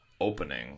opening